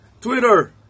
Twitter